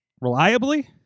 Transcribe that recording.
reliably